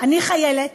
אני חיילת